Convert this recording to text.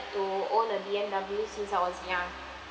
to own a B_M_W since I was young